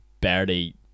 barely